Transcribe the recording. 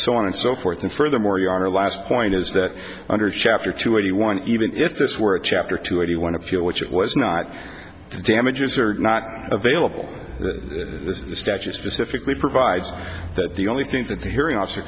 so on and so forth and furthermore your last point is that under chapter two eighty one even if this were a chapter two eighty one appeal which was not damages are not available this statute specifically provides that the the only things that the hearing officer